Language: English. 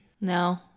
No